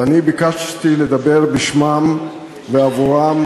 ואני ביקשתי לדבר בשמם ועבורם